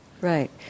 Right